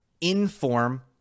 in-form